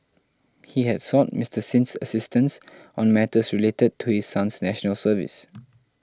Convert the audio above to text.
he had sought Mister Sin's assistance on matters related to his son's National Service